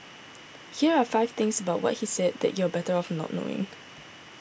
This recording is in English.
here are five things about what he said that you're better off not knowing